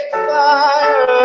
fire